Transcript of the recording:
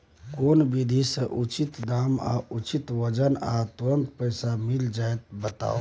केना विधी से उचित दाम आ उचित वजन आ तुरंत पैसा मिल जाय बताबू?